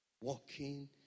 Walking